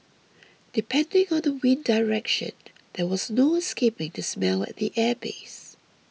depending on the wind direction there was no escaping to smell at the airbase